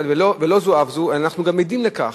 ולא זו אף זו, אנחנו גם עדים לכך,